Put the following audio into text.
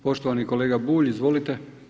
Poštovani kolega Bulj, izvolite.